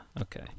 okay